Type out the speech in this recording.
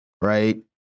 right